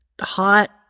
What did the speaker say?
hot